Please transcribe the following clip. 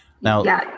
Now